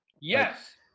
Yes